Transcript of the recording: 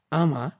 ama